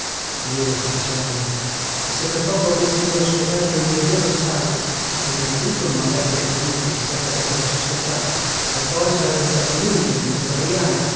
due ufficiali e se per poco avessi loro scoperto il mio vero stato ma prima di tutto non mavrebbero creduto chi sa che avrebbero sospettato e poi sarebbe stato inutile come per adriana